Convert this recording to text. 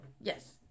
Yes